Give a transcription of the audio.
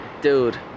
dude